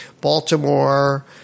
Baltimore